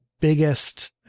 biggest